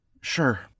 Sure